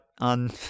On